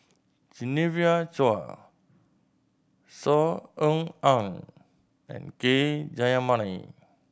Genevieve Chua Saw Ean Ang and K Jayamani